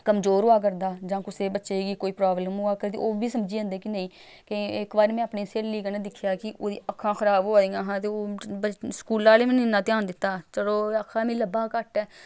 कमजोर होआ करदा जां कुसै बच्चे गी कोई प्रॉब्लम होआ करदी ओह् बी समझी जंदे कि नेईं केईं इक बारी में अपनी स्हेली कन्नै दिक्खेआ कि ओह्दी अक्खां खराब होआ दियां हियां ते ओह् स्कूल आह्लें बी इन्ना ध्यान निं दित्ता चलो आक्खा दी मीं लब्भा दा घट्ट ऐ